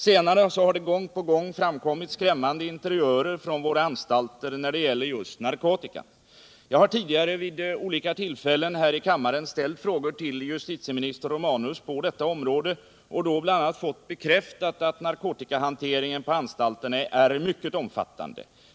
Senare har det gång på gång framkommit skrämmande interiörer från våra anstalter när det gäller just narkotikan. Jag har tidigare vid olika tillfällen här i kammaren ställt frågor till justitieminister Romanus på detta område och då bl.a. fått bekräftat att narkotikahanteringen på anstalterna är mycket omfattande.